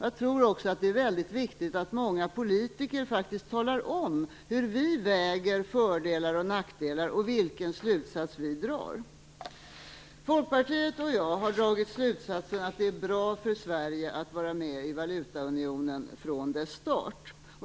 Jag tror också att det är mycket viktigt att många politiker faktiskt talar om hur de väger fördelar mot nackdelar och vilken slutsats vi drar. Folkpartiet och jag har dragit slutsatsen att det är bra för Sverige att vara med i valutaunionen från dess start.